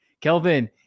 Kelvin